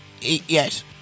Yes